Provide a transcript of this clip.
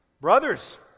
brothers